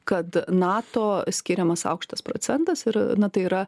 kad nato skiriamas aukštas procentas ir na tai yra